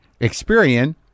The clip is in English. Experian